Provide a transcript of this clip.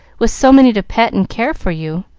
with so many to pet and care for you,